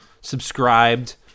subscribed